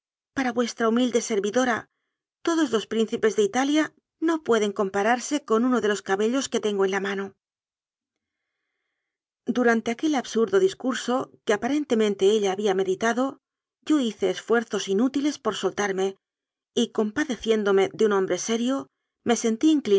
para vuestra humilde servidora todos los príncipes de italia no pueden compararse con uno de los cabellos que tengo en la mano durante aquel absurdo discurso que aparente mente ella había meditado yo hice esfuerzos in útiles por saltarme y compadeciéndome de un hambre serio me